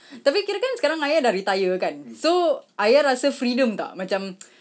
tapi kirakan sekarang ayah dah retire kan so ayah rasa freedom tak macam